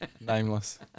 Nameless